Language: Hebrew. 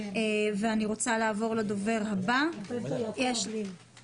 בנוסף לאישור של הוועדה המקומית.